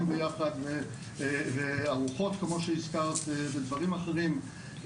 ביחד וארוחות כמו שהזכרת ודברים אחרים,